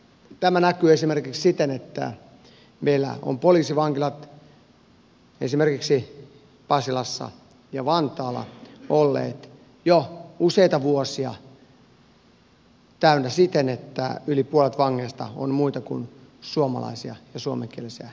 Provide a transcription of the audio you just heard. tämä näkyy esimerkiksi siten että meillä ovat poliisivankilat esimerkiksi pasilassa ja vantaalla olleet jo useita vuosia täynnä siten että yli puolet vangeista on muita kuin suomalaisia ja suomenkielisiä vankeja